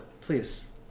please